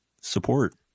support